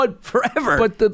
forever